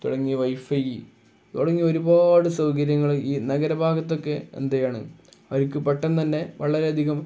തുടങ്ങി wifi തുടങ്ങി ഒരുപാട് സൗകര്യങ്ങൾ ഈ നഗരഭാഗത്തൊക്കെ എന്തു ചെയ്യുകയാണ് അവർക്ക് പെട്ടെന്ന് തന്നെ വളരെയധികം